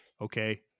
okay